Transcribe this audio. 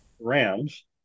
rams